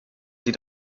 sie